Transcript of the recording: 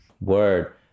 Word